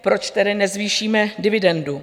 Proč tedy nezvýšíme dividendu?